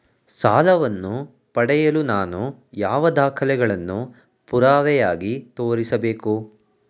ಸಾಲವನ್ನು ಪಡೆಯಲು ನಾನು ಯಾವ ದಾಖಲೆಗಳನ್ನು ಪುರಾವೆಯಾಗಿ ತೋರಿಸಬೇಕು?